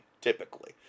typically